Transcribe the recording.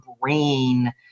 brain